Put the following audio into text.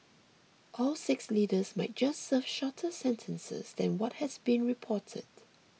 all six leaders might just serve shorter sentences than what has been reported